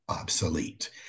obsolete